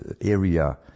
area